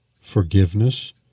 Forgiveness